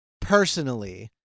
personally